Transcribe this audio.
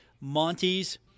Monty's